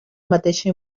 mateixa